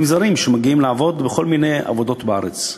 זרים שמגיעים לעבוד בכל מיני עבודות בארץ,